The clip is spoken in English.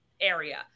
area